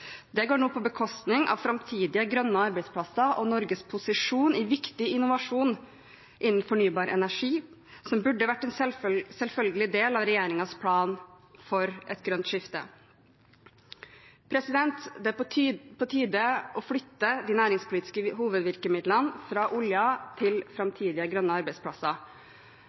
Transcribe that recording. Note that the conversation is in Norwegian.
Det går nå på bekostning av framtidige grønne arbeidsplasser og Norges posisjon i viktig innovasjon innen fornybar energi, som burde vært en selvfølgelig del av regjeringens plan for et grønt skifte. Det er på tide å flytte de næringspolitiske hovedvirkemidlene fra oljen til framtidige grønne arbeidsplasser.